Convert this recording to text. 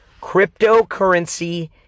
cryptocurrency